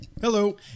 hello